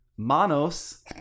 Manos